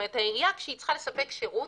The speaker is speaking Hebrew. העירייה כשהיא צריכה לספק שירות,